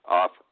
off